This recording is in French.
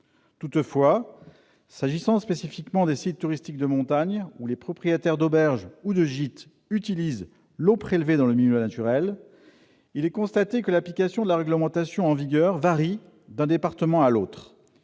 Toutefois, s'agissant spécifiquement des sites touristiques de montagne où les propriétaires d'auberges ou de gîtes utilisent l'eau prélevée dans le milieu naturel, il est constaté que l'application de la réglementation en vigueur varie d'un département à l'autre,